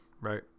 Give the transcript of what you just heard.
right